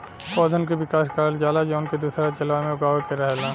पौधन के विकास करल जाला जौन के दूसरा जलवायु में उगावे के रहला